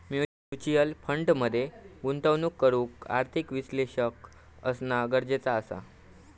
mutual fund मध्ये गुंतवणूक करूक आर्थिक विश्लेषक असना गरजेचा असा